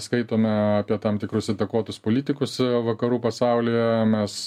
skaitome apie tam tikrus įtakotus politikus vakarų pasaulyje mes